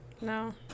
no